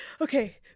Okay